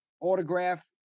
autograph